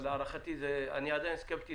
אבל אני עדיין סקפטי,